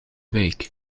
wijk